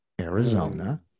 Arizona